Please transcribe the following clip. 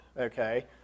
Okay